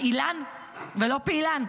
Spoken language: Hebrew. רעילן ולא פעילן?